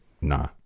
nah